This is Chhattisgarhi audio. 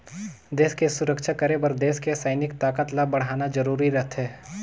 देस के सुरक्छा करे बर देस के सइनिक ताकत ल बड़हाना जरूरी रथें